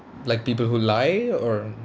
like people who lie or